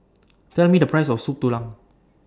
Tell Me The Price of Soup Tulang